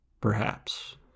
Perhaps